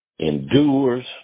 endures